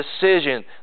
decision